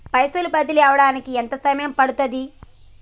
పైసలు బదిలీ అవడానికి ఎంత సమయం పడుతది?